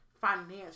Financial